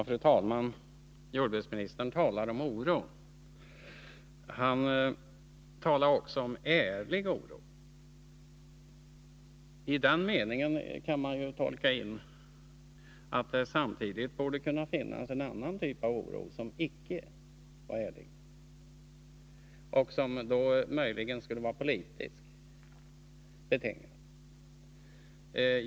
Fru talman! Jordbruksministern talade om oro. Han talade också om ärlig oro. I den meningen kan man tolka in att det samtidigt skulle kunna finnas en annan typ av oro, som icke var ärlig och som då möjligen skulle vara politiskt betingad.